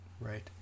right